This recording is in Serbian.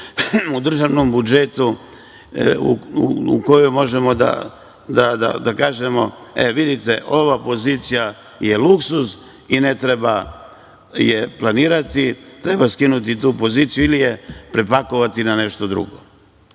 u državnom budžetu u kojoj možemo da kažemo – e, vidite ova pozicija je luksuz i ne treba je planirati, treba skinuti tu poziciju ili je prepakovati na nešto